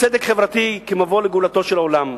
צדק חברתי כמבוא לגאולתו של עולם,